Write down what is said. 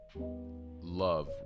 love